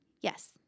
yes